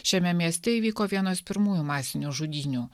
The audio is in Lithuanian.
šiame mieste įvyko vienos pirmųjų masinių žudynių